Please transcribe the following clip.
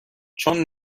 چون